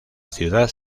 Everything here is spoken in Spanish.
ciudad